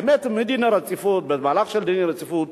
האמת, מדין הרציפות, במהלך של דין הרציפות,